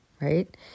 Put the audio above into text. right